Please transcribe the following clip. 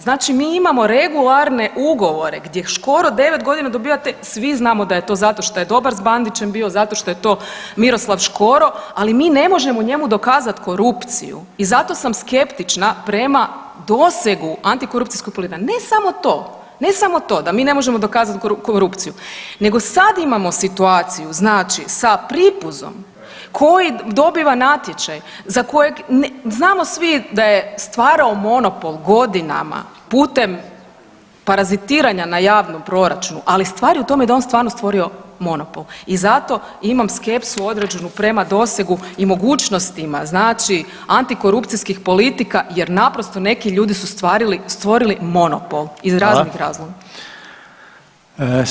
Znači mi imamo regularne ugovore gdje Škoro 9.g. dobiva te, svi znamo da je to zato što je dobar s Bandićem bio, zato što je to Miroslav Škoro, ali mi ne možemo njemu dokazat korupciju i zato sam skeptična prema dosegu antikorupcijskog … [[Govornik se ne razumije]] ne samo to, ne samo to da mi ne možemo dokazat korupciju, nego sad imamo situaciju znači sa Pripuzom koji dobiva natječaj za kojeg znamo svi da je stvarao monopol godinama putem parazitiranja na javnom proračunu, ali stvar je u tome da je on stvarno stvorio monopol i zato imam skepsu određenu prema dosegu i mogućnostima znači antikorupcijskih politika jer naprosto neki ljudi su stvorili monopol iz raznih razloga.